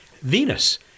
Venus